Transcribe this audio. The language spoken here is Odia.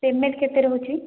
ପେମେଣ୍ଟ୍ କେତେ ରହୁଛି